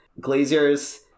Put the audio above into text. glaziers